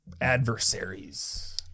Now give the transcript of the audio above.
adversaries